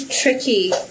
tricky